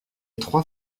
trois